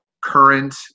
current